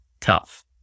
tough